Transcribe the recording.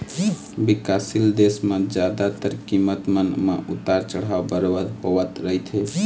बिकासशील देश म जादातर कीमत मन म उतार चढ़ाव बरोबर होवत रहिथे